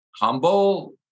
humble